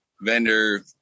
vendor